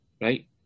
right